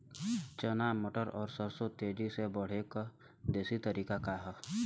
चना मटर और सरसों के तेजी से बढ़ने क देशी तरीका का ह?